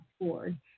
board